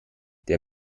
der